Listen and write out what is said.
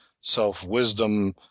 self-wisdom